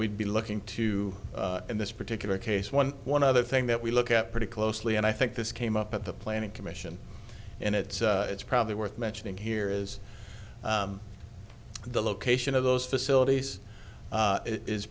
we'd be looking to in this particular case one one other thing that we look at pretty closely and i think this came up at the planning commission and it's it's probably worth mentioning here is the location of those facilities